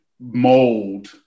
mold